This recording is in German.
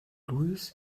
louis